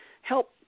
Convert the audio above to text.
help